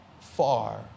far